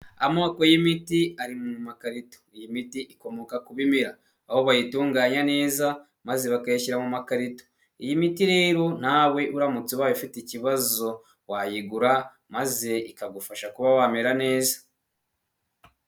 Amoko y'imiti ari mu makarito. Iyi miti ikomoka ku bimera. Aho bayitunganya neza, maze bakayashyira mu makarito. Iyi miti rero nawe uramutse ubaye ufite ikibazo wayigura, maze ikagufasha kuba wamera neza.